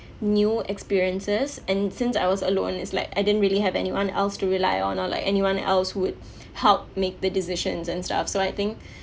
new experiences and since I was alone it's like I didn't really have anyone else to rely on or like anyone else would help make the decisions and stuff so I think